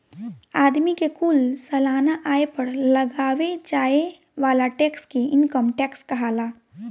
आदमी के कुल सालाना आय पर लगावे जाए वाला टैक्स के इनकम टैक्स कहाला